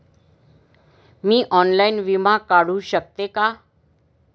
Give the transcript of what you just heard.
मी online विमा काढू शकते का?